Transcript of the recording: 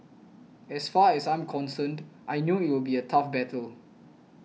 as far as I'm concerned I know it will be a tough battle